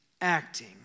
acting